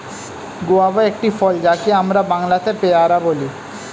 guava একটি ফল যাকে আমরা বাংলাতে পেয়ারা বলি